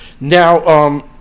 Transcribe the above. Now